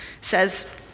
says